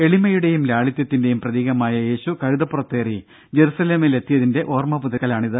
എളിമയുടെയും ലാളിത്യത്തിന്റെയും പ്രതീകമായ യേശു കഴുതപ്പുറത്തേറി ജെറുസലേമിലെത്തിയതിന്റെ ഓർമ്മ പുതുക്കലാണിത്